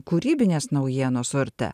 kūrybinės naujienos urte